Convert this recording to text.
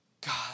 God